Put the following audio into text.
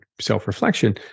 self-reflection